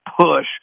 push